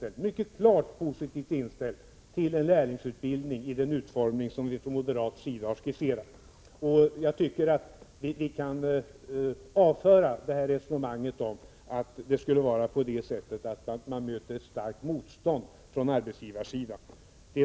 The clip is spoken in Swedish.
är mycket klart positivt inställd till lärlingsutbildning i den form som vi moderater har skisserat. Vi kan avföra resonemanget om att man skulle möta starkt motstånd från arbetsgivarsidan.